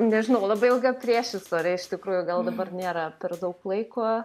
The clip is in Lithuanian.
nežinau labai ilga priešistorė iš tikrųjų gal dabar nėra per daug laiko